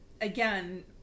again